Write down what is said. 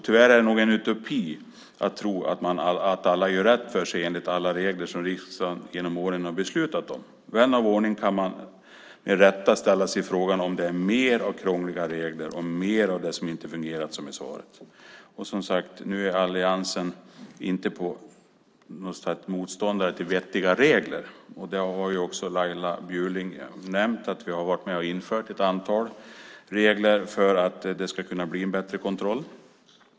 Tyvärr är det nog en utopi att tro att alla gör rätt för sig enligt alla regler som riksdagen genom åren har beslutat om. Vän av ordning kan med rätta ställa sig frågan om det är mer av krångliga regler och mer av det som inte fungerar som är svaret. Som sagt är alliansen inte någon motståndare till vettiga regler. Laila Bjurling har också nämnt att vi har varit med om att införa ett antal regler för att det ska kunna bli en bättre kontroll.